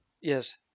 Yes